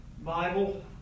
Bible